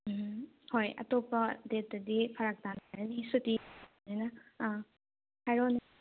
ꯎꯝ ꯍꯣꯏ ꯑꯇꯣꯞꯄ ꯗꯦꯠꯇꯗꯤ ꯐꯔꯛ ꯇꯥꯅꯔꯅꯤ ꯁꯨꯇꯤ ꯂꯩꯇꯕꯅꯤꯅ ꯑꯥ ꯍꯥꯏꯔꯛꯑꯣꯅꯦ